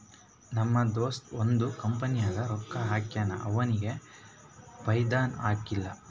ನಮ್ ದೋಸ್ತ ಒಂದ್ ಕಂಪನಿನಾಗ್ ರೊಕ್ಕಾ ಹಾಕ್ಯಾನ್ ಅವ್ನಿಗ ಫೈದಾನೇ ಆಗಿಲ್ಲ